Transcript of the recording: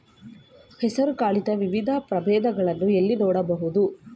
ಹೆಸರು ಕಾಳಿನ ವಿವಿಧ ಪ್ರಭೇದಗಳನ್ನು ಎಲ್ಲಿ ನೋಡಬಹುದು?